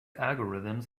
algorithms